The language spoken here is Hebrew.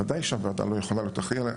בוודאי שהוועדה לא יכולה להיות אחראית עליהם.